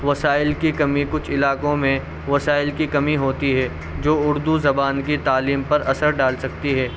وسائل کی کمی کچھ علاقوں میں وسائل کی کمی ہوتی ہے جو اردو زبان کی تعلیم پر اثر ڈال سکتی ہے